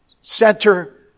center